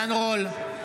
נגד אפרת רייטן